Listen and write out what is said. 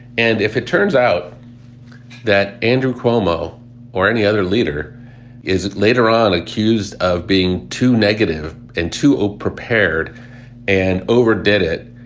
and if it turns out that andrew cuomo or any other leader is later on accused of being too negative and too ah prepared and overdid it,